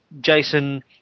Jason